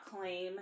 claim